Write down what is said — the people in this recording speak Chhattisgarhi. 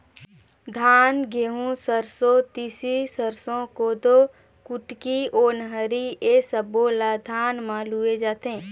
धान, गहूँ, सरसो, तिसी, सरसो, कोदो, कुटकी, ओन्हारी ए सब्बो ल धान म लूए जाथे